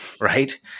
right